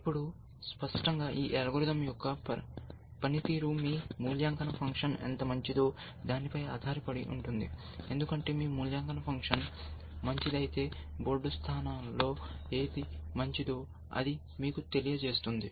ఇప్పుడు స్పష్టంగా ఈ అల్గోరిథం యొక్క పనితీరు మీ మూల్యాంకన ఫంక్షన్ ఎంత మంచిదో దానిపై ఆధారపడి ఉంటుంది ఎందుకంటే మీ మూల్యాంకన ఫంక్షన్ మంచిదైతే బోర్డు స్థానాల్లో ఏది మంచిదో అది మీకు తెలియజేస్తుంది